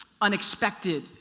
unexpected